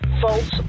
false